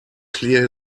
clear